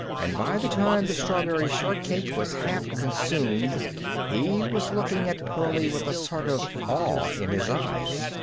and by the time the strawberry shortcake was half consumed he was looking at pearlie with a sort of awe in his eyes.